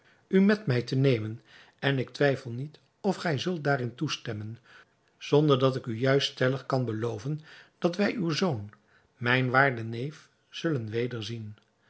u met mij te nemen en ik twijfel niet of gij zult daarin toestemmen zonder dat ik u juist stellig kan beloven dat wij uw zoon mijn waarden neef zullen